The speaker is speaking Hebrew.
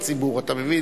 תשלום עבור חשבון "בזק",